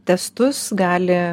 testus gali